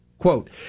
Quote